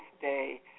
Day